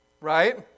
Right